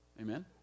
Amen